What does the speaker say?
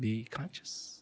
the conscious